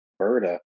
Alberta